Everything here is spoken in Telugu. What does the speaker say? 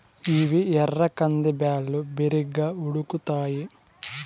ఇవి ఎర్ర కంది బ్యాళ్ళు, బిరిగ్గా ఉడుకుతాయి